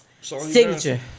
signature